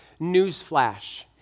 newsflash